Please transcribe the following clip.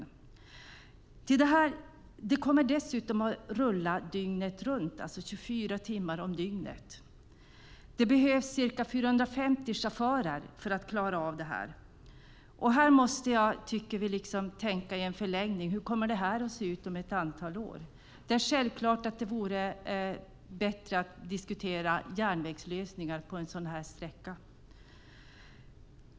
Lastbilarna kommer dessutom att rulla dygnet runt, 24 timmar om dygnet. Det behövs ca 450 chaufförer för att klara av det. Här måste vi tänka i en förlängning: Hur kommer detta att se ut om ett antal år? Det vore självfallet bättre att diskutera järnvägslösningar på en sådan här sträcka.